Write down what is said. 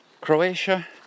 Croatia